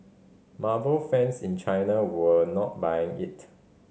marvel fans in China were not buying it